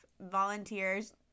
volunteers